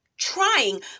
Trying